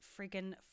friggin